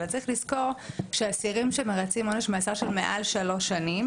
אבל צריך לזכור שאסירים שמרצים עונש מאסר של מעל שלוש שנים